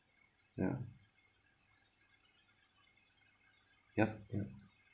ya ya ya